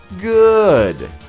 Good